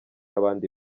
abandi